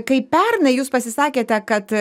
kai pernai jūs pasisakėte kad